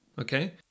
okay